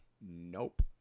nope